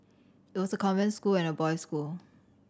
it was a convent school and a boys school